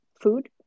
food